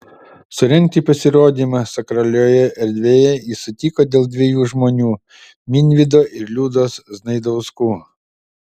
surengti pasirodymą sakralioje erdvėje jis sutiko dėl dviejų žmonių minvydo ir liudos znaidauskų